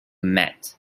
mat